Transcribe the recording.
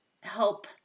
help